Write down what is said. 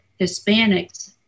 Hispanics